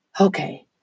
okay